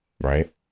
right